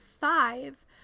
five